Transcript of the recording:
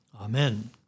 Amen